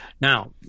Now